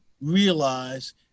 realize